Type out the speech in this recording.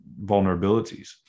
vulnerabilities